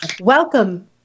Welcome